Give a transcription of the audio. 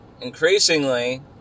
increasingly